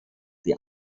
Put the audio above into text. die